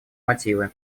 мотивы